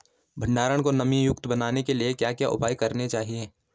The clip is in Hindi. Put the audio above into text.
भंडारण को नमी युक्त बनाने के लिए क्या क्या उपाय करने चाहिए?